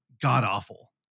god-awful